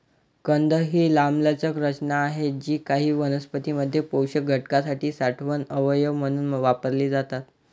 कंद ही लांबलचक रचना आहेत जी काही वनस्पतीं मध्ये पोषक घटकांसाठी साठवण अवयव म्हणून वापरली जातात